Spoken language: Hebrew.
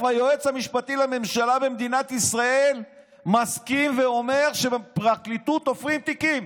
היועץ המשפטי לממשלה במדינת ישראל מסכים ואומר שבפרקליטות תופרים תיקים,